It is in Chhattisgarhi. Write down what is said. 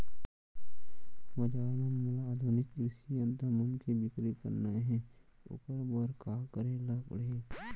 बजार म मोला आधुनिक कृषि यंत्र मन के बिक्री करना हे ओखर बर का करे ल पड़ही?